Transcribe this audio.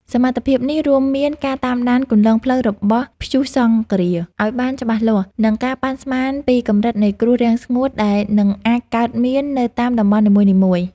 សមត្ថភាពនេះរួមមានការតាមដានគន្លងផ្លូវរបស់ព្យុះសង្ឃរាឱ្យបានច្បាស់លាស់ និងការប៉ាន់ស្មានពីកម្រិតនៃគ្រោះរាំងស្ងួតដែលនឹងអាចកើតមាននៅតាមតំបន់នីមួយៗ។